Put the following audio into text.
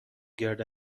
گرد